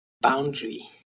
boundary